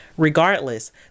Regardless